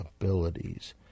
abilities